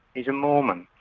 he's a mormon.